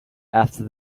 after